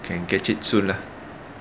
can catch it soon lah